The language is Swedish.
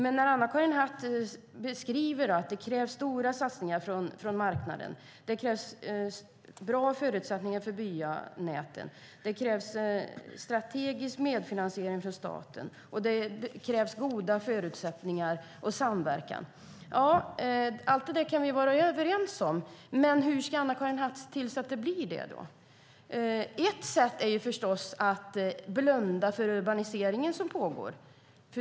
Anna-Karin Hatt säger att det krävs stora satsningar från marknaden, bra förutsättningar för byanäten, strategisk medfinansiering från staten samt "goda förutsättningar och samverkan". Allt det där kan vi vara överens om, men hur ska Anna-Karin Hatt se till att det blir så? Ett sätt är förstås att blunda för den urbanisering som pågår.